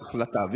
לחברך לא תעביד,